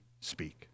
speak